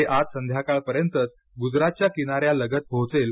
ते आज संध्याकाळ पर्यंतच गुजरातच्या किनाऱ्यालगत पोहोचेल